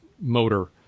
motor